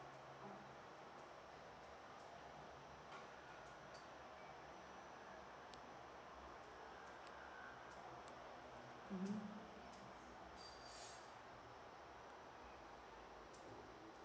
mmhmm